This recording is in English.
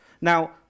Now